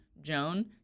Joan